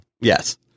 Yes